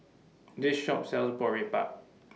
This Shop sells Boribap